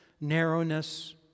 narrowness